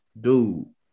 dude